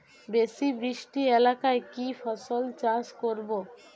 বেশি বৃষ্টি এলাকায় কি ফসল চাষ করব?